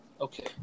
Okay